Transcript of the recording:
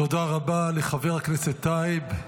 תודה רבה לחבר הכנסת טייב.